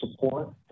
support